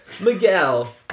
Miguel